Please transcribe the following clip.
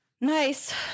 nice